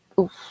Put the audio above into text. Oof